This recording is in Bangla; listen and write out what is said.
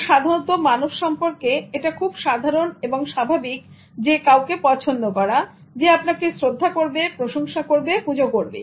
কারণ সাধারণত মানবসম্পর্কে এটা খুব সাধারণ এবং স্বাভাবিক কাউকে পছন্দ করা যে আপনাকে শ্রদ্ধা করবেপ্রশংসা করবে পুজো করবে